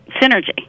synergy